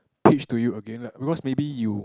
preach to you again like because maybe you